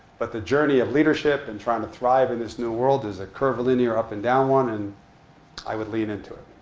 but the journey of leadership, and trying to thrive in this new world is a curvilinear, up-and-down one. and i would lean into it,